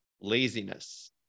Laziness